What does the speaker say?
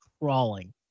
crawling